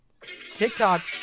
TikTok